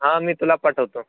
हां मी तुला पाठवतो